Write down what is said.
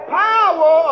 power